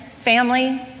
family